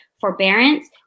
forbearance